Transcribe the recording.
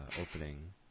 opening